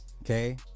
okay